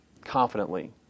confidently